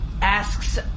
asks